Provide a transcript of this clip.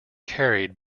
carried